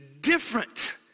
different